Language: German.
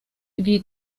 wie